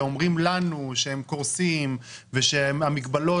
שהם אומרים לנו שהם קורסים ושהמגבלות